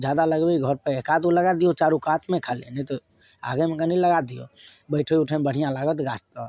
जादा लगेबै घर पर एक आध गो लगा दियौ चारू कातमे खाली नहि तऽ आगेमे कनी लगा दियौ बैठै उठैमे बढ़िआँ लागत गाछ तर